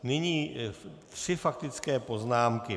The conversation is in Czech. Nyní tři faktické poznámky.